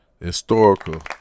historical